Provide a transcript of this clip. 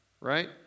Right